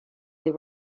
they